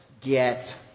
get